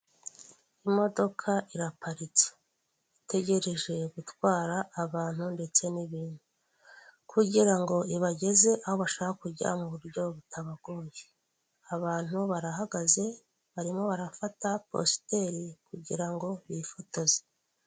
Imodoka iraparitse itegereje gutwara abantu ndetse n'ibintu kugira ngo ibageze aho bashaka kujya mu buryo butabagoye , abantu barahagaze barimo barafata positeri kugira ngo bifotoze.